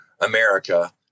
America